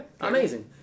amazing